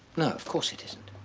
no of course it isn't.